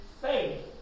faith